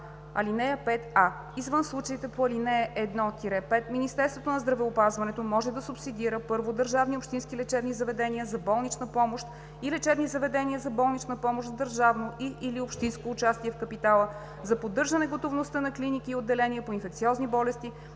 ал. 5а: (5а) Извън случаите по ал. 1-5 Министерството на здравеопазването може да субсидира: 1. държавни общински лечебни заведения за болнична помощ и лечебни заведения за болнична помощ в държавно и/или общинско участие в капитала за поддържане готовността на клиники и отделения по инфекциозни болести